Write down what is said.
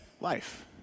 life